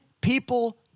people